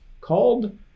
called